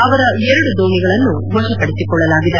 ಅವರ ಎರಡು ದೋಣಿಗಳನ್ನು ವಶಪಡಿಸಿಕೊಳ್ಳಲಾಗಿದೆ